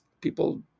people